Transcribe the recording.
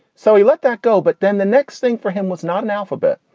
so he let that go. but then the next thing for him was not an alphabet.